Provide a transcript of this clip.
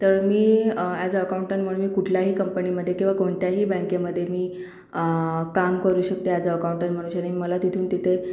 तर मी as a accountant म्हणून मी कुठल्याही कंपणीमध्ये किंवा कोणत्याही बँकेमध्ये मी काम करू शकते अॅज अ अकाऊंटन म्हणूशनीन मला तिथून तिथे